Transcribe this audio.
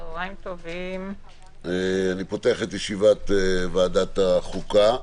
אני פותח את ישיבת ועדת החוקה.